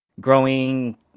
growing